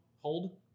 hold